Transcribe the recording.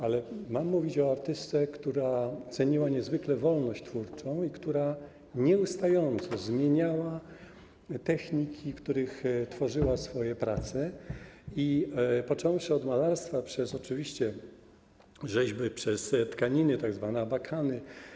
Ale mam mówić o artystce, która ceniła niezwykle wolność twórczą i która nieustająco zmieniała techniki, w których tworzyła swoje prace, począwszy od malarstwa przez oczywiście rzeźby, przez tkaniny, tzw. abakany.